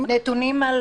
נתונים.